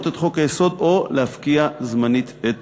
את חוק-היסוד או להפקיע זמנית את תוקפו.